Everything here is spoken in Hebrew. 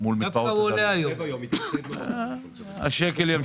דווקא הוא עולה היום.